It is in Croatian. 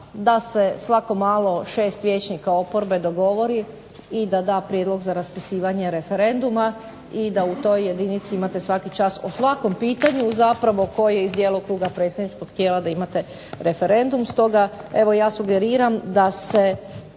da se svako malo, 6 vijećnika oporbe dogovori i da da prijedlog za raspisivanje referenduma, i da u toj jedinici, imate svaki čas o svakom pitanju zapravo koje iz djelokruga predstavničkog tijela da imate referendum. Stoga evo ja sugeriram da se